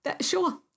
Sure